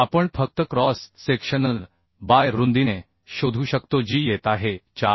आपण फक्त cross sectional by रुंदीने शोधू शकतो जी येत आहे 4